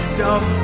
dumb